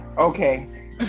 Okay